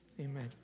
Amen